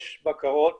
יש בקרות